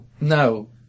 No